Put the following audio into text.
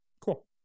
cool